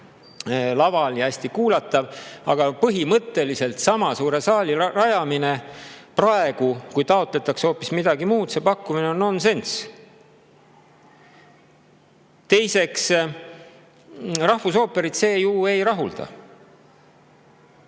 vaadeldav ja kuulatav, aga põhimõtteliselt praegusega sama suure saali rajamine, kui taotletakse hoopis midagi muud – see pakkumine on nonsenss. Teiseks, rahvusooperit see ju ei rahulda.